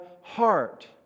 heart